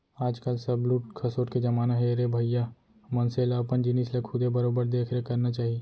आज काल सब लूट खसोट के जमाना हे रे भइया मनसे ल अपन जिनिस ल खुदे बरोबर देख रेख करना चाही